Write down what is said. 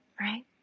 right